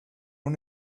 una